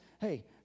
hey